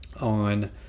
on